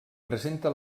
presenta